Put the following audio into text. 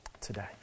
today